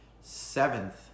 seventh